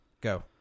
Go